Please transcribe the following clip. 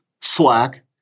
Slack